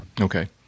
Okay